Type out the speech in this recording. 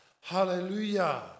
Hallelujah